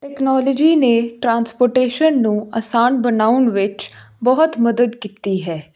technology ਨੇ transportation ਨੂੰ ਆਸਾਨ ਬਣਾਉਣ ਵਿੱਚ ਬਹੁਤ ਮਦਦ ਕੀਤੀ ਹੈ